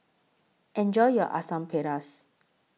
Enjoy your Asam Pedas